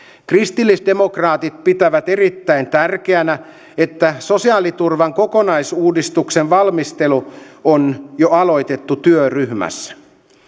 kristillisdemokraatit pitävät erittäin tärkeänä että sosiaaliturvan kokonais uudistuksen valmistelu on jo aloitettu työryhmässä